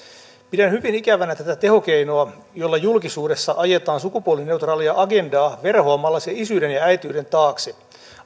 pidän hyvin ikävänä tätä tehokeinoa jolla julkisuudessa ajetaan sukupuolineutraalia agendaa verhoamalla se isyyden ja äitiyden taakse